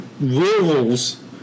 rules